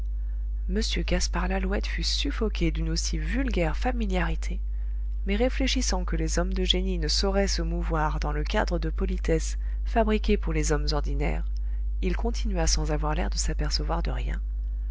m gaspard lalouette fut suffoqué d'une aussi vulgaire familiarité mais réfléchissant que les hommes de génie ne sauraient se mouvoir dans le cadre de politesse fabriqué pour les hommes ordinaires il continua sans avoir l'air de s'apercevoir de rien